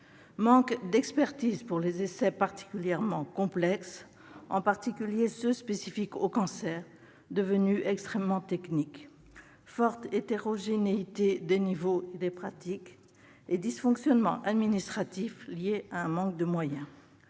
manque d'expertise pour les essais particulièrement complexes, en particulier ceux qui sont spécifiques aux cancers, devenus extrêmement techniques ; forte hétérogénéité des niveaux et des pratiques ; dysfonctionnements administratifs liés à un manque de moyens.